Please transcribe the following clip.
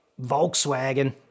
Volkswagen